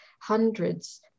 Hundreds